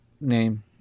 name